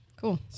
Cool